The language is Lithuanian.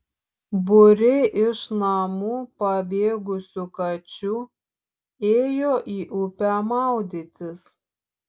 būriai iš namų pabėgusių kačių ėjo į upę maudytis